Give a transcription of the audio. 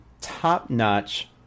top-notch